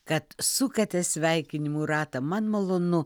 kad sukate sveikinimų ratą man malonu